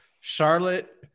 Charlotte